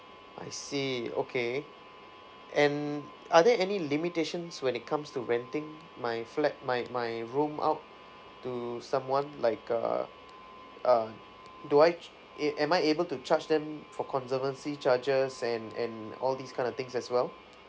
I see okay and are there any limitations when it comes to renting my flat my my room out to someone like err um do I ab~ am I able to charge them for conservancy charges and and all these kind of things as well